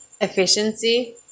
Efficiency